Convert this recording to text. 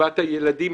קצבת הילדים,